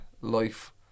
life